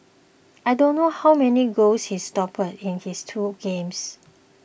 I don't know how many goals he stopped in his two games